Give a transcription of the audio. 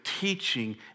teaching